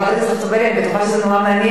חברת הכנסת חוטובלי, אני בטוחה שזה דבר מעניין.